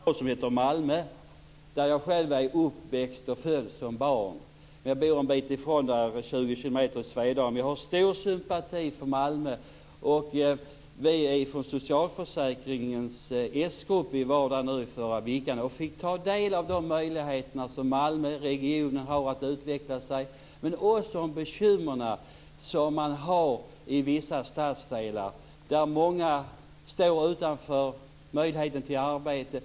Fru talman! Bertil Persson bor ju i en stad som heter Malmö. Där är jag själv född och uppväxt. Jag bor 20 km därifrån. Jag har stor sympati för Malmö. Från socialförsäkringens s-grupp var vi där förra veckan och fick ta del av de möjligheter som Malmöregionen har att utveckla, men också av de bekymmer man har i vissa stadsdelar där många står utanför möjligheten till arbete.